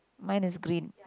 mine is green